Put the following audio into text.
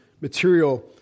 material